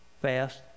fast